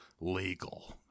Legal